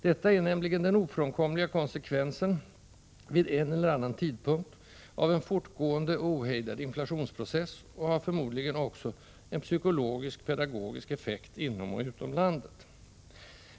Detta är nämligen den ofrånkomliga konsekvensen — vid en eller annan tidpunkt — av en fortgående och ohejdad inflationsprocess, och har förmodligen också en psykologisk-pedagogisk effekt inom och utom landet.